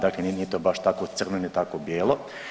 Dakle, nije to baš tako crveno i tako bijelo.